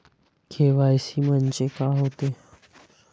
KYC म्हंनजे का होते?